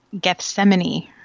Gethsemane